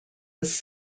was